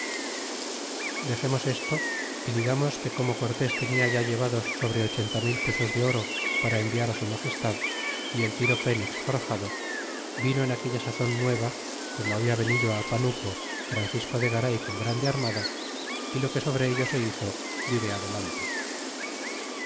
dexemos esto é digamos que como cortés tenia ya llegados sobre ochenta mil pesos de oro para enviar á su magestad y el tiro fenix forjado vino en aquella sazon nueva como habla venido á panuco francisco de garay con grande armada y lo que sobre ello se hizo diré adelante